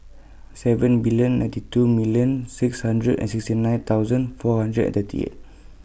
seven billion nine two millionn six hundred and sixty nine thousand four hundred and thirty eight